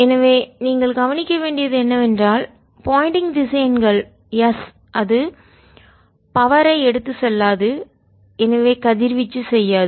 எனவே நீங்கள் கவனிக்க வேண்டியது என்னவென்றால் போயிண்டிங் திசையன்கள் S அது பவர் ஐ சக்தியை எடுத்துச் செல்லாது எனவே கதிர்வீச்சு செய்யாது